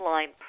Line